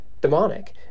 demonic